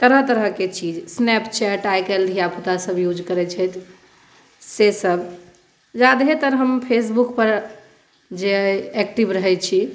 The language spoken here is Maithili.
तरह तरहके चीज स्नैपचैट आइ काल्हि धियापुतासभ यूज करैत छथि सेसभ ज्यादहेतर हम फेसबुकपर जे अइ एक्टिव रहैत छी